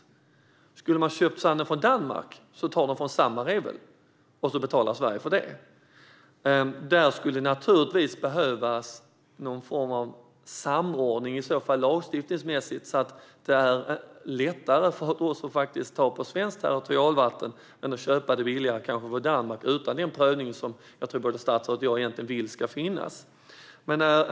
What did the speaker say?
Om man skulle köpa sanden från Danmark tas den från samma revel, och då betalar Sverige för det. Det skulle behövas någon form av samordning där, lagstiftningsmässigt, så att det kan bli lättare för oss att ta sand på svenskt territorialvatten än att köpa den billigare från Danmark utan den prövning som jag tror att både statsrådet och jag vill ska finnas.